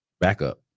backup